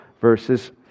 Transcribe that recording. verses